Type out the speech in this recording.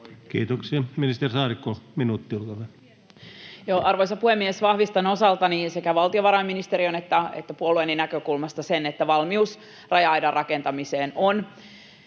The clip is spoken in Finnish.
Kiitoksia. — Ministeri Saarikko, minuutti, olkaa hyvä. Arvoisa puhemies! Vahvistan osaltani sekä valtiovarainministeriön että puolueeni näkökulmasta sen, että valmius raja-aidan rakentamiseen on.